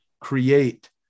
create